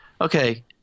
okay